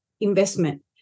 investment